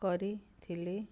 କରିଥିଲି